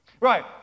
Right